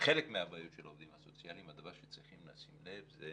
חלק מהבעיות של העובדים הסוציאליים שצריך לשים לב אליו זה